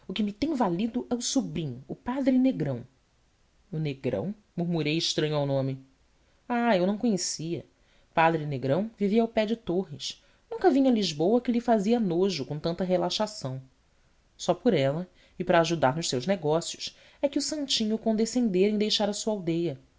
tem valido é o sobrinho o padre negrão o negrão murmurei estranho ao nome ah eu não conhecia padre negrão vivia ao pé de torres nunca vinha a lisboa que lhe fazia nojo com tanta relaxação só por ela e para a ajudar nos seus negócios é que o santinho condescendera em deixar a sua aldeia